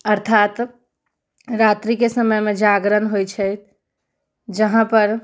अर्थात रात्रिके समयमे जागरण होइत छै जहाँ पर